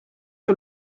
sur